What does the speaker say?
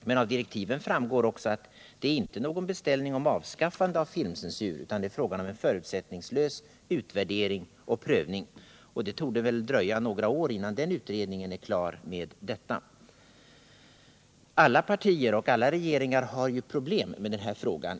Men av direktiven framgår även att det inte är fråga om en beställning av ett avskaffande av filmcensuren utan om en förutsättningslös utvärdering och prövning, och det torde dröja några år innan denna utredning är klar med detta arbete. Alla partier och alla regeringar har ju problem med denna fråga.